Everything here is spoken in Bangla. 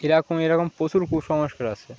এরকম এরকম পশুর কুসংস্কার আছে